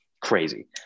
crazy